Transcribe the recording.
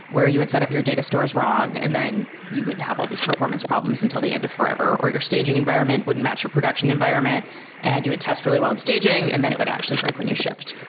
where you would set up your data stores wrong and then you would have all these performance problems until the end of forever, or your staging environment wouldn't match your production environment and you would test really well in staging and then it would actually break when you shipped,